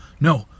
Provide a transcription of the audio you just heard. no